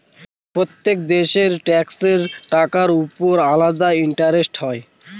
প্রত্যেক দেশের ট্যাক্সের টাকার উপর আলাদা ইন্টারেস্ট হয়